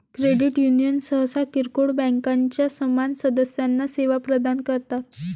credit union सहसा किरकोळ बँकांच्या समान सदस्यांना सेवा प्रदान करतात